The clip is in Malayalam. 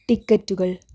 ടിക്കറ്റുകൾ